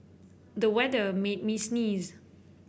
the weather made me sneeze